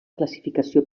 classificació